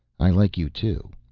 i like you, too.